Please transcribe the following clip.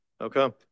Okay